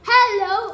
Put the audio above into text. Hello